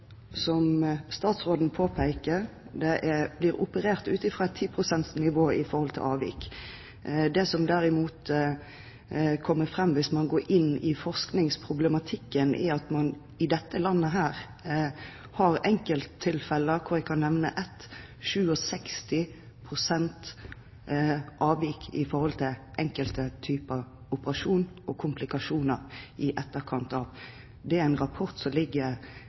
Som statsråden påpeker, blir det operert ut fra et avvik på 10 pst. Det som derimot kommer fram hvis man går inn i forskningsproblematikken, er at man i dette landet har enkelttilfeller hvor jeg kan nevne at man har et avvik på 67 pst. for enkelte typer operasjon og komplikasjoner i etterkant. Det er en rapport som ligger